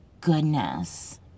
goodness